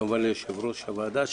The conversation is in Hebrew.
כמובן ליושבת-ראש הוועדה,